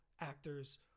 actors